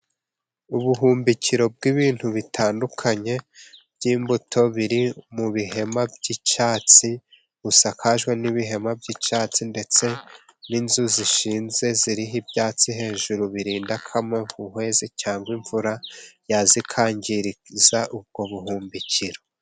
Ubuhumbikiro bw'ibintu bitandukanye by'imbuto biri mu bihema by'icyatsi, busakajwe n'ibihema by'icyatsi ndetse n'inzu zishinze ziriho ibyatsi hejuru, birinda nk'amahuhezi cyangwa imvura yaza ikangiriza ubwo buhumbikiro.